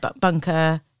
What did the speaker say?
Bunker